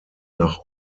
nach